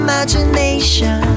imagination